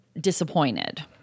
disappointed